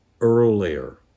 earlier